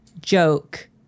joke